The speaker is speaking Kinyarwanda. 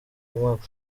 umwaka